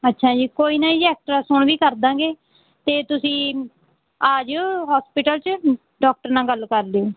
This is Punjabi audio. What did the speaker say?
ਅੱਛਾ ਜੀ ਕੋਈ ਨਾ ਜੀ ਅਕਟਰਾਸਾਊਂਡ ਵੀ ਕਰ ਦੇਵਾਂਗੇ ਅਤੇ ਤੁਸੀਂ ਆ ਜਿਓ ਹੋਸਪਿਟਲ 'ਚ ਡਾਕਟਰ ਨਾਲ ਗੱਲ ਕਰ ਲਿਓ